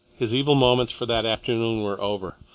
his evil moments for that afternoon were over.